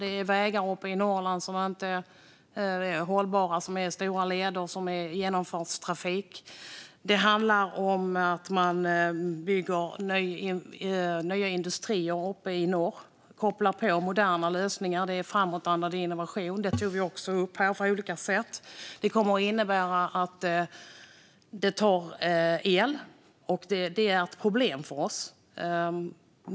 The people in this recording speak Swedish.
Det är vägar uppe i Norrland som är stora leder för genomfartstrafik och som inte är hållbara. Det handlar om att man bygger nya industrier uppe i norr. Man kopplar på moderna lösningar, och det är framåtanda och innovation. Detta tog vi också upp på olika sätt. Det här kommer att kräva el, och det är ett problem för oss.